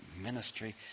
ministry